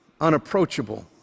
unapproachable